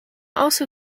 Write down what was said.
also